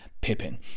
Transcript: Pippin